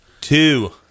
Two